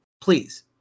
please